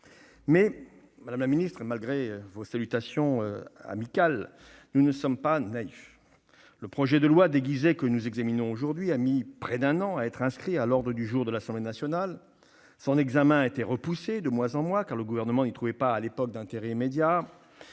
leurs orphelins. Malgré vos salutations amicales, madame la ministre, nous ne sommes pas naïfs. Le projet de loi déguisé que nous examinons aujourd'hui a mis près d'un an à être inscrit à l'ordre du jour de l'Assemblée nationale. Son examen a été reporté de mois en mois, car le Gouvernement n'y trouvait pas, à l'époque, d'intérêt immédiat.